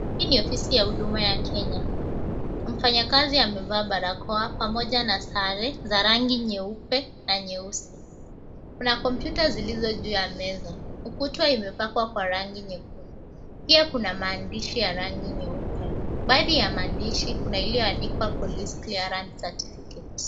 Hii ni ofisi ya huduma ya Kenya. Mfanyakazi amevaa barakoa pamoja na sare za rangi nyeupe na nyeusi. Kuna komputa zilizo juu ya meza. Ukuta imepakwa kwa rangi nyekundu pia kuna mahandishi ya rangi nyeupe. Baadhi ya mahandishi kuna iliyoandikwa kwenye Police Clearance Certificate.